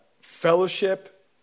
fellowship